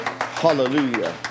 Hallelujah